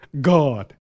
God